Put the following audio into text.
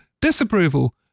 disapproval